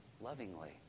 lovingly